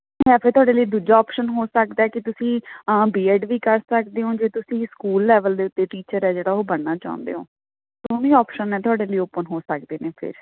ਵੈਸੇ ਤੁਹਾਡੇ ਲਈ ਦੂਜਾ ਓਪਸ਼ਨ ਹੋ ਸਕਦਾ ਕਿ ਤੁਸੀਂ ਬੀ ਐਡ ਵੀ ਕਰਦੇ ਹੋ ਜੇ ਤੁਸੀਂ ਸਕੂਲ ਲੈਵਲ ਦੇ ਉੱਤੇ ਟੀਚਰ ਹੈ ਜਿਹੜਾ ਉਹ ਬਣਨਾ ਚਾਹੁੰਦੇ ਓਂ ਦੋਵੇਂ ਓਪਸ਼ਨ ਹੈ ਤੁਹਾਡੇ ਲਈ ਓਪਨ ਹੋ ਸਕਦੇ ਨੇ ਫਿਰ